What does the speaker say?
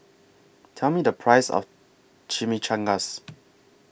Tell Me The Price of Chimichangas